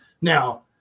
now